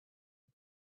hey